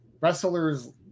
Wrestlers